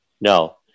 No